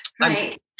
right